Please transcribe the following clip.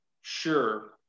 sure